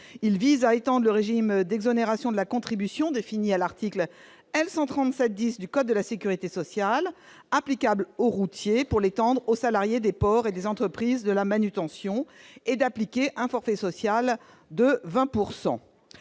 vise à étendre le régime d'exonération de la contribution définie à l'article L. 137-10 du code de la sécurité sociale applicable aux routiers aux salariés des ports et des entreprises de manutention et à appliquer le forfait social de 20 %.